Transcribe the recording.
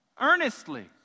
Earnestly